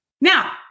Now